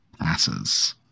passes